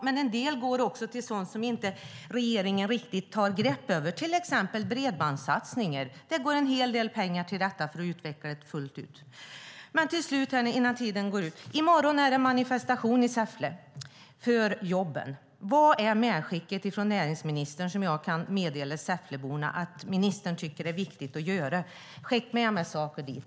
Men en del går också till sådant som regeringen inte riktigt tar ett grepp om, till exempel bredbandssatsningar. Det behövs en hel del pengar för att utveckla det fullt ut. I morgon är det en manifestation i Säffle för jobben. Vad är näringsministerns medskick som jag kan meddela Säffleborna när det gäller sådant som ministern tycker är viktigt? Skicka med mig saker dit!